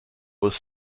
was